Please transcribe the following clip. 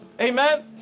amen